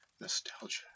nostalgia